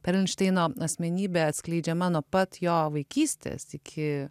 perelšteino asmenybė atskleidžiama nuo pat jo vaikystės iki